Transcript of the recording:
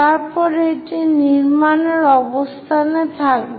তারপর এটি নির্মাণের অবস্থানে থাকবে